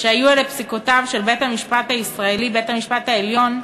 פסיקותיו של בית-המשפט הישראלי, בית-המשפט העליון,